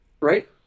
Right